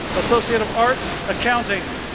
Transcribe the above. associate of arts, accounting.